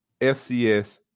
FCS